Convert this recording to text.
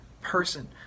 person